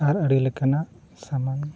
ᱟᱨ ᱟᱹᱰᱤ ᱞᱮᱠᱟᱱᱟᱜ ᱥᱟᱢᱟᱱ